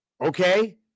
Okay